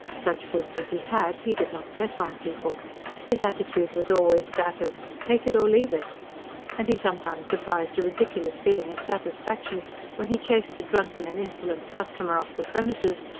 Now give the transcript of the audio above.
such goods as he had, he did not press on people his attitude was always that of take it or leave it and he sometimes surprised a ridiculous feeling of satisfaction when he chased a drunken and insolent customer off the premises,